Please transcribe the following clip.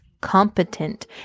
competent